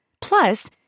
Plus